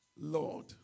Lord